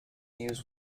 use